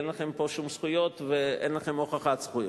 אין לכם פה שום זכויות ואין לכם הוכחת זכויות.